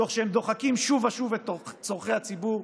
תוך שהם דוחקים שוב ושוב את צורכי הציבור,